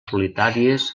solitàries